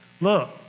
look